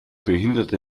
behinderte